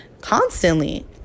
constantly